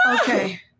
Okay